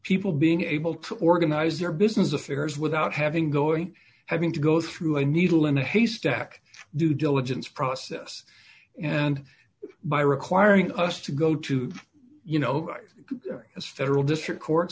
people being able to organize their business affairs without having go and having to go through a needle in a haystack due diligence process and by requiring us to go to you know a federal district court